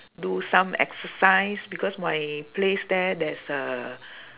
do some exercise because my place there there's a